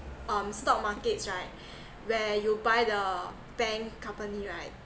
um stock markets right where you buy the bank company right